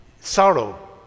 sorrow